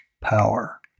power